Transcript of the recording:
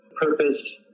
Purpose